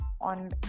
on